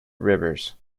rivers